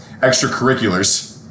extracurriculars